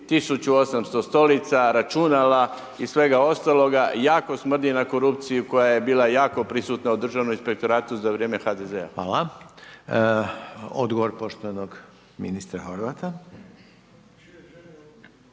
1800 stolica, računala i svega ostaloga, jako smrdi na korupciju, koja je bila jako prisutna u državnom inspektoratu za vrijeme HDZ-a. **Radin, Furio (Nezavisni)** Hvala